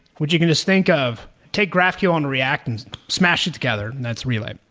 which you can just think of, take graphql and react and smash it together, and that's relay.